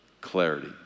Clarity